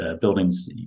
buildings